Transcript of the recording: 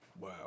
Wow